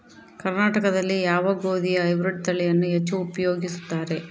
ಕರ್ನಾಟಕದಲ್ಲಿ ಯಾವ ಗೋಧಿಯ ಹೈಬ್ರಿಡ್ ತಳಿಯನ್ನು ಹೆಚ್ಚು ಉಪಯೋಗಿಸುತ್ತಾರೆ?